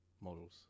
models